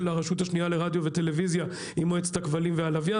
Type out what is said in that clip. הרשות השנייה לרדיו וטלוויזיה עם מועצת הכבלים והלוויין,